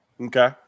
Okay